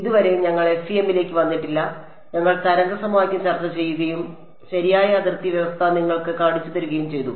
ഇതുവരെ ഞങ്ങൾ FEM ലേക്ക് വന്നിട്ടില്ല ഞങ്ങൾ തരംഗ സമവാക്യം ചർച്ച ചെയ്യുകയും ശരിയായ അതിർത്തി വ്യവസ്ഥ നിങ്ങൾക്ക് കാണിച്ചുതരികയും ചെയ്തു